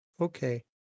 Okay